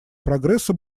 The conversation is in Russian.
прогресса